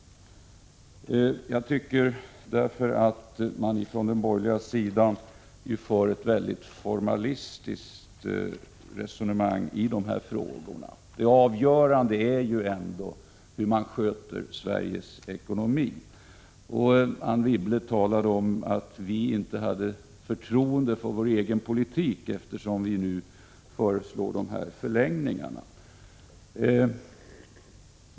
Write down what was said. Jag tycker därför att man från den borgerliga sidan för ett väldigt formalistiskt resonemang i de här frågorna. Det avgörande är ändå hur man sköter Sveriges ekonomi. Anne Wibble talade om att vi inte hade förtroende för vår egen politik, eftersom vi nu föreslår de här förlängningarna.